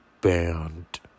band